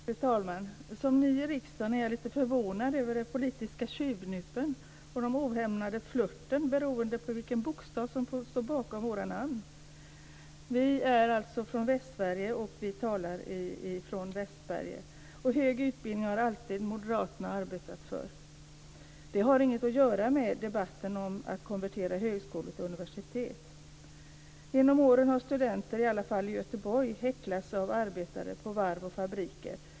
Fru talman! Som ny i riksdagen är jag lite förvånad över de politiska tjuvnypen och den ohämmade flörten beroende på vilken bokstav som står bakom våra namn. Vi är alltså från Västsverige, och vi talar från Västsverige. Hög utbildning har moderaterna alltid arbetat för. Det har inget att göra med debatten om att konvertera högskolor till universitet. Genom åren har studenter, i alla fall i Göteborg, häcklats av arbetare på varv och fabriker.